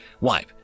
wipe